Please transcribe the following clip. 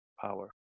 power